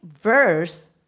verse